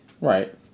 right